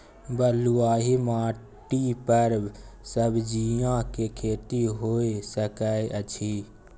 बलुआही माटी पर सब्जियां के खेती होय सकै अछि?